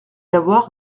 avoir